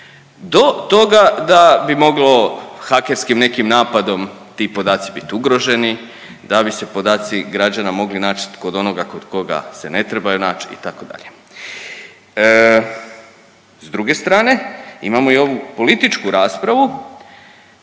do toga da bi moglo hakerskim nekim napadom ti podaci biti ugroženi, da bi se podaci građana mogli naći kod onoga kod koga se ne trebaju naći itd. S druge strane imamo i ovu političku raspravu,